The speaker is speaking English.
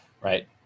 right